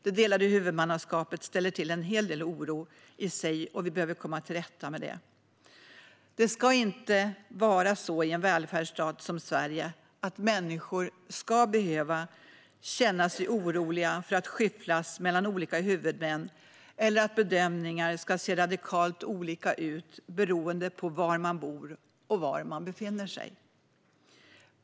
Det delade huvudmannaskapet ställer till en hel del oro i sig, och det behöver vi komma till rätta med. Det ska inte vara så i en välfärdsstat som Sverige att människor ska behöva känna sig oroliga för att skyfflas mellan olika huvudmän eller att bedömningar ska se radikalt olika ut beroende på var man bor och var man befinner sig.